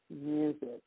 music